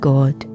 God